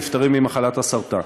נפטרים ממחלת הסרטן.